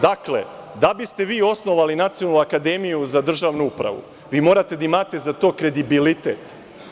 Dakle, da biste vi osnovali Nacionalnu akademiju za državnu upravu, vi morate da imate za to kredibilitet.